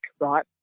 right